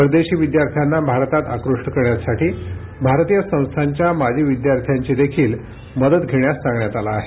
परदेशी विद्यार्थ्यांना भारतात आकृष्ट करण्यासाठी भारतीय संस्थांच्या माजी विद्यार्थ्यांची देखील मदत घेण्यास सांगण्यात आलं आहे